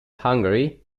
hungary